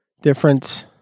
difference